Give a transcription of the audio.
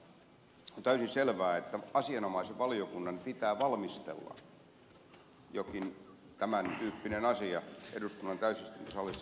on täysin selvää että asianomaisen valiokunnan pitää valmistella jokin tämäntyyppinen asia eduskunnan täysistuntosalissa käsiteltäväksi